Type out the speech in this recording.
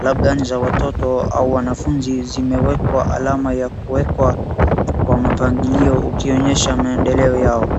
Labda ni za watoto au wanafunzi zimewekwa alama ya kuwekwa kwa mapangilio ukionyesha maendeleo yao.